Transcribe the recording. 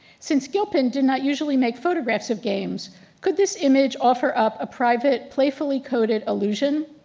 since gilpin do not usually make photographs of games could this image offer up a private playfully coded illusion?